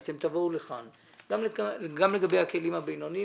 אתם תבואו לכאן גם לגבי הכלים הבינוניים